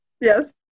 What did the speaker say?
Yes